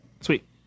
Sweet